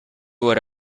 what